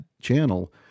channel